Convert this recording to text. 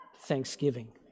thanksgiving